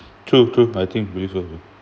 true true I think believe